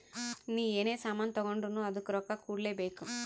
ನೀ ಎನೇ ಸಾಮಾನ್ ತಗೊಂಡುರ್ನೂ ಅದ್ದುಕ್ ರೊಕ್ಕಾ ಕೂಡ್ಲೇ ಬೇಕ್